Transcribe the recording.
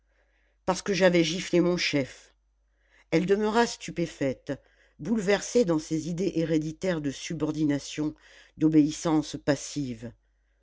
parce que j'avais giflé mon chef elle demeura stupéfaite bouleversée dans ses idées héréditaires de subordination d'obéissance passive